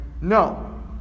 no